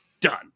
Done